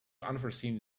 unforeseen